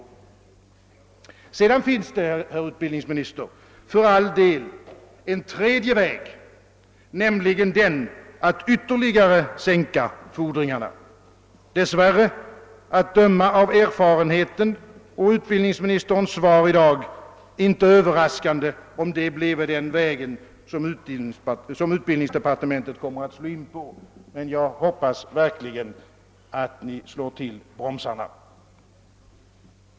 Sedan finns det för all del en tredje väg, herr utbildningsminister, nämligen den att sänka fordringarna ytterligare. Att döma av erfarenheten och utbildningsministerns svar i dag vore det dess värre inte överraskande om det blev den vägen som man kommer att slå in på i utbildningsdepartementet. Jag hoppas verkligen att ni där slår till bromsarna.